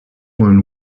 one